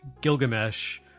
Gilgamesh